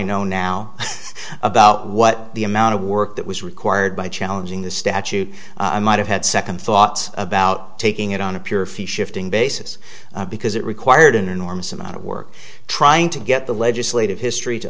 know now about what the amount of work that was required by challenging the statute i might have had second thoughts about taking it on a pure fee shifting basis because it required an enormous amount of work trying to get the legislative history to